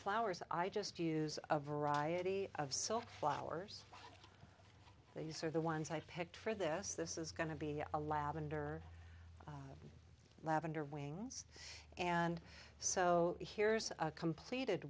flowers i just use a variety of silk flowers these are the ones i picked for this this is going to be a lavender lavender wings and so here's a completed